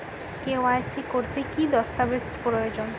KYC করতে কি দস্তাবেজ প্রয়োজন?